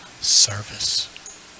service